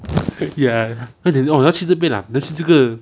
ya 快点这种你要去这边啊你要去这个